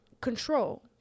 control